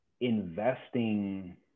investing